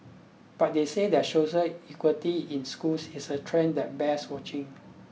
but they said that social inequality in schools is a trend that bears watching